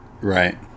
Right